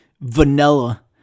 vanilla